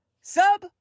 sub